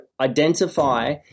identify